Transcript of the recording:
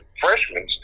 freshmen